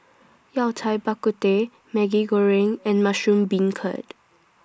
Yao Cai Bak Kut Teh Maggi Goreng and Mushroom Beancurd